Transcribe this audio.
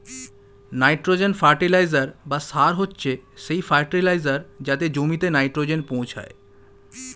nitrogen fertiliser বা সার হচ্ছে সেই ফার্টিলাইজার যাতে জমিতে নাইট্রোজেন পৌঁছায়